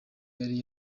yari